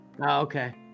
Okay